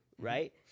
right